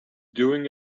doing